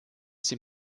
sie